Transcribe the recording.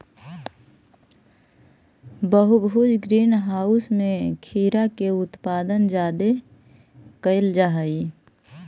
बहुभुज greenhouse में खीरा के उत्पादन जादे कयल जा हई